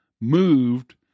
moved